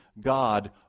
God